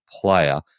player